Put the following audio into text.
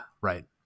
right